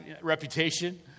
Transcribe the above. reputation